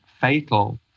fatal